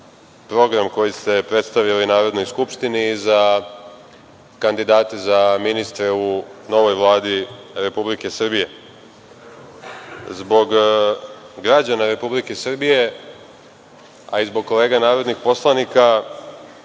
program koji ste predstavili Narodnoj skupštini i za kandidate za ministre u novoj Vladi Republike Srbije. Zbog građana Republike Srbije, a i zbog kolega narodnih poslanika,